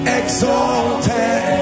exalted